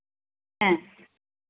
হ্যাঁ